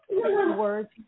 words